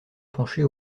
pencher